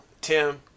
Tim